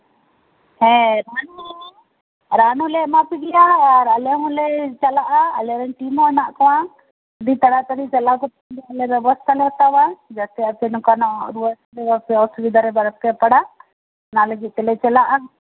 ᱦᱮᱸ ᱨᱟᱱ ᱦᱚᱞᱮ ᱮᱟ ᱯᱮᱜᱮᱭᱟ ᱟᱨ ᱟᱞᱮ ᱦᱚᱞᱮ ᱪᱟᱞᱟᱜᱼᱟ ᱟᱞᱮᱨᱮᱱ ᱴᱤᱢᱦᱚᱸ ᱢᱮᱱᱟᱜ ᱠᱚᱣᱟ ᱟᱹᱰᱤ ᱛᱟᱲᱟ ᱛᱟᱲᱤ ᱪᱟᱞᱟᱣ ᱠᱟᱛᱮᱜ ᱟᱞᱮ ᱵᱮᱵᱚᱥᱛᱷᱟ ᱞᱮ ᱦᱟᱛᱟᱣᱟ ᱡᱟᱛᱮ ᱟᱯᱮᱭᱟᱜ ᱱᱚᱝᱠᱟᱱᱟᱜ ᱨᱩᱣᱟᱹ ᱥᱮ ᱚᱥᱩᱵᱤᱫᱷᱟᱨᱮ ᱵᱟᱯᱮ ᱯᱟᱲᱟᱜ ᱚᱱᱟ ᱞᱟᱹᱜᱤᱫ ᱛᱮᱞᱮ ᱪᱟᱞᱟᱜᱼᱟ